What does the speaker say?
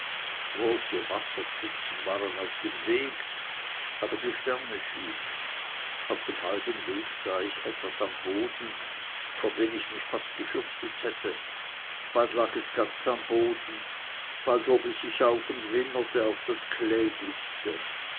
wasserpfützen waren auf dem wege aber die sterne schienen auf dem halben wege sah ich etwas am boden vor dem ich mich fast gefürchtet hätte bald lag es ganz am boden bald hob es sich auf und wimmerte auf das kläglichste